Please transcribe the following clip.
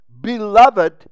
beloved